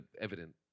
evident